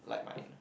like mine